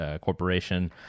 Corporation